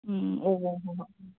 ꯎꯝ ꯑꯣ ꯍꯣꯏ ꯍꯣꯏ